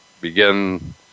begin